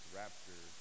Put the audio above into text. rapture